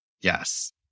Yes